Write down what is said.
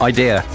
Idea